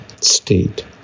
state